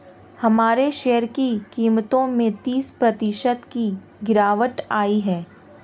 हमारे शेयर की कीमतों में तीस प्रतिशत की गिरावट आयी है